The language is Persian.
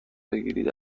بگیرید